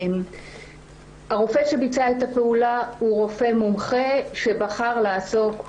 הרופא שביצע את הפעולה הוא רופא מומחה שבחר לעסוק באנדומטריוזיס,